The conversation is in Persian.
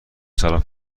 سلام